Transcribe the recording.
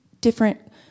different